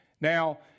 Now